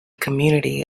community